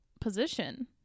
position